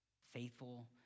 faithful